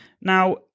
Now